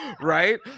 Right